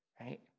right